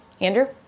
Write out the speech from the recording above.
Andrew